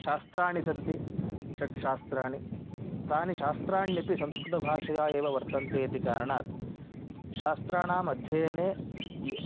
शास्त्राणि सन्ति षट् शास्त्राणि तानि शास्त्राण्यपि संस्कृतभाषया एव वर्तन्ते इति कारणात् शात्राणामध्ययने इ